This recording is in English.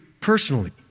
personally